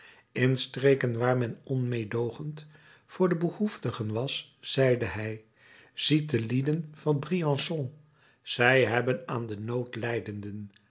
in streken waar men onmeedoogend voor de behoeftigen was zeide hij ziet de lieden van briançon zij hebben aan de noodlijdenden